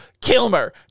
Kilmer